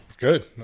Good